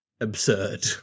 absurd